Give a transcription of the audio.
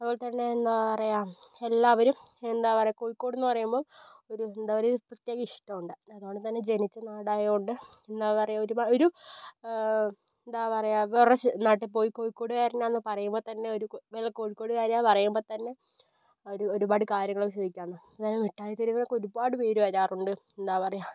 അതു പോലെത്തന്നെ എന്താ പറയുക എല്ലാവരും എന്താ പറയുക കോഴിക്കോടെന്നു പറയുമ്പോൾ ഒരു എന്താ ഒരു പ്രത്യേക ഇഷ്ടമുണ്ട് അതോണം തന്നെ ജനിച്ച നാടായോണ്ട് എന്താ പറയുക ഒരുപാട് ഒരു എന്താ പറയുക വേറെ നാട്ടിൽപ്പോയി കോഴിക്കോടുകാരനാണെന്നു പറയുമ്പോൾ തന്നെ ഒരു കൊ വെൽ കോഴിക്കോടുകാരിയാണെന്നു പറയുമ്പോൾത്തന്നെ ഒരു ഒരുപാടു കാര്യങ്ങളൊക്കെ ചോദിയ്ക്കാറുണ്ട് മിഠായി തെരുവിലൊക്കെ ഒരുപാടു പേർ വരാറുണ്ട് എന്താ പറയുക